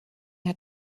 had